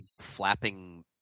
flapping